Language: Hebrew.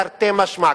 תרתי משמע,